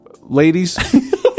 Ladies